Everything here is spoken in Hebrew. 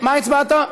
מה הצבעת?